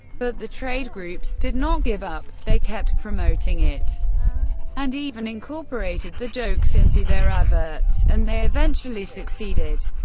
but the trade groups did not give up they kept promoting it and even incorporated the jokes into their adverts, and they eventually succeeded.